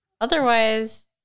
Otherwise